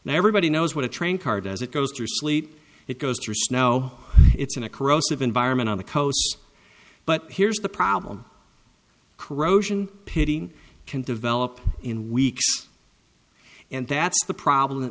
and everybody knows what a train card as it goes through sleet it goes through snow it's in a corrosive environment on the coasts but here's the problem corrosion pitting can develop in weeks and that's the problem